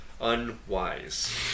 unwise